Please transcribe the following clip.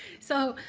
so